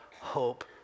hope